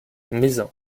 mézin